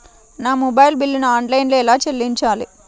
నా మొబైల్ బిల్లును ఆన్లైన్లో ఎలా చెల్లించాలి?